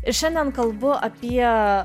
ir šiandien kalbu apie